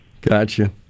Gotcha